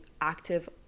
active